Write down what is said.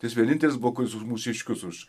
tai jis vienintelis buvo kuris už mūsiškius už